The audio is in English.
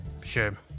Sure